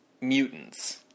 mutants